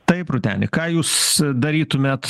taip rūteni ką jūs darytumėt